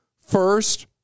first